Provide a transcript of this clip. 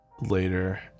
later